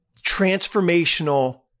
transformational